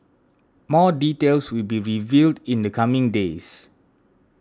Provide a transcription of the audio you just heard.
more details will be revealed in the coming days